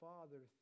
Father